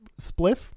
spliff